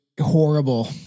horrible